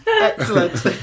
Excellent